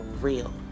real